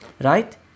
Right